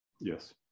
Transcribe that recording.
Yes